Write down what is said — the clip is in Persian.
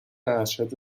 ارشد